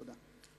תודה.